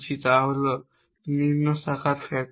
তা হল নিম্ন শাখার ফ্যাক্টর